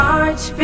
March